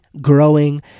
growing